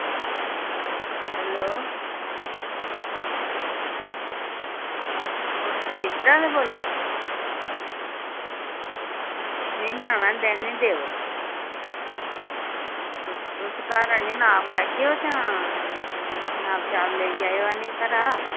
hello तुस furniture आह्ले बोला दे में बनाना हा डाईनिंग टेबल तुस घर आह्नियै नाप लैगे ओ जां नाप छाप लेई जाएओ आह्नियै घरै दा